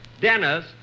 Dennis